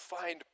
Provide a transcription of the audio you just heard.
find